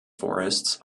forests